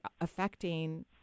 affecting